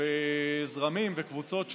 וזרמים וקבוצות שונות.